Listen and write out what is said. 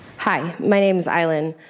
hi. my name is aylin.